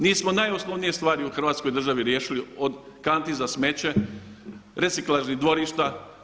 Nismo najosnovnije stvari u Hrvatskoj državi riješili od kanti za smeće, reciklažnih dvorišta.